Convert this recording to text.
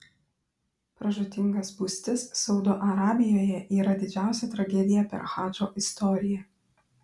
pražūtinga spūstis saudo arabijoje yra didžiausia tragedija per hadžo istoriją